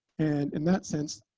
and in that sense,